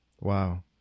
Wow